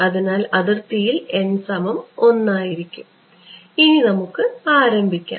അതിനാൽ അതിർത്തിയിൽ ആയിരിക്കും ഇനി നമുക്ക് ആരംഭിക്കാം